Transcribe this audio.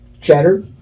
cheddar